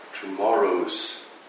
tomorrow's